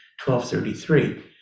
1233